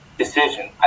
decision